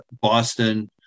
Boston